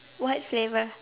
what flavour